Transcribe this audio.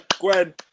Gwen